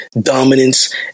dominance